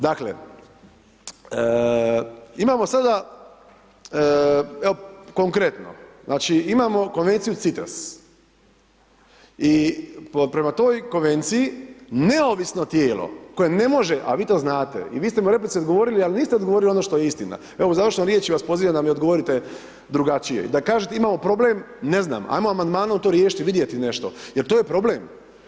Dakle imamo sada evo, konkretno, imamo konvenciju Citras, i prema toj konvenciji neovisno tijelo, koje ne može, a vi to znate i vi ste mi u replici odgovorili, a niste odgovorili što je istina, evo u završnoj riječi vas pozivam da mi kažete drugačije, da kažete imamo problem, ne znam, ajmo Amandmanom to riješiti i vidjeti nešto jer to je problem.